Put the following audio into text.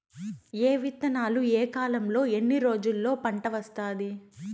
ఏ విత్తనాలు ఏ కాలంలో ఎన్ని రోజుల్లో పంట వస్తాది?